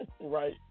Right